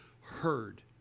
heard